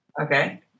Okay